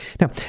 Now